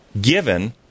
given